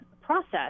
process